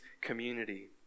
community